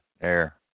air